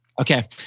Okay